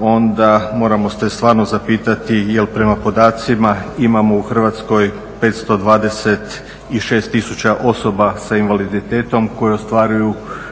onda moramo se stvarno zapitati jer prema podacima imamo u Hrvatskoj 526000 osoba sa invaliditetom koji ostvaruju